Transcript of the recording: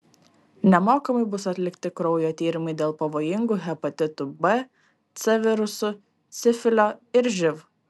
nemokamai bus atlikti kraujo tyrimai dėl pavojingų hepatitų b c virusų sifilio ir živ